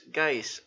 guys